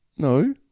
No